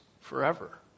forever